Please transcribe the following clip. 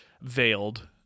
veiled